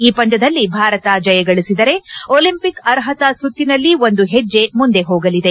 ಈ ಪಂದ್ಯದಲ್ಲಿ ಭಾರತ ಜಯಗಳಿಸಿದರೆ ಒಲಿಂಪಿಕ್ ಅರ್ಪತಾ ಸುತ್ತಿನಲ್ಲಿ ಒಂದು ಹೆಜ್ಜೆ ಮುಂದೆ ಹೋಗಲಿದೆ